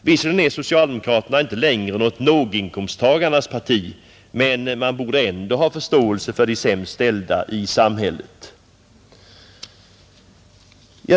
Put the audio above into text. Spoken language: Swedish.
Visserligen är socialdemokraterna inte längre något låginkomsttagarnas parti, men de borde ändå ha förståelse för de sämst ställda i samhället.